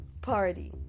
party